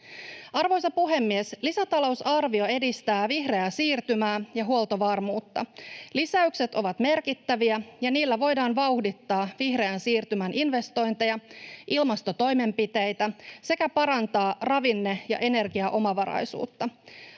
Arvoisa puhemies! Lisätalousarvio edistää vihreää siirtymää ja huoltovarmuutta. Lisäykset ovat merkittäviä, ja niillä voidaan vauhdittaa vihreän siirtymän investointeja, ilmastotoimenpiteitä sekä parantaa ravinne- ja energiaomavaraisuutta.